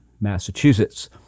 Massachusetts